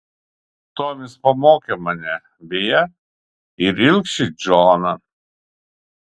tomis pamokė mane beje ir ilgšį džoną